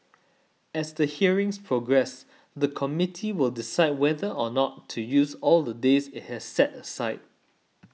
as the hearings progress the Committee will decide whether or not to use all the days it has set aside